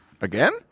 Again